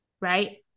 right